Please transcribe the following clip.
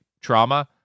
trauma